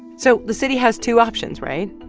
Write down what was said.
so the city has two options right?